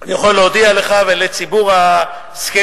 אני יכול להודיע לך ולציבור הזקנים,